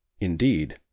Indeed